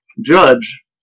judge